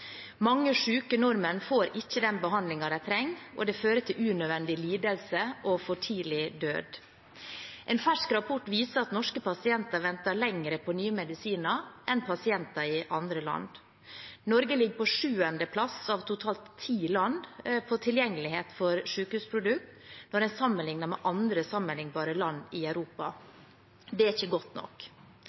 Mange syke nordmenn får ikke den behandlingen de trenger, og det fører til unødvendig lidelse og for tidlig død. En fersk rapport viser at norske pasienter venter lenger på nye medisiner enn pasienter i andre land. Norge ligger på sjuende plass av totalt ti land med tanke på tilgjengelighet for sykehusprodukt – når en sammenligner med andre sammenlignbare land i Europa. Det er ikke godt nok.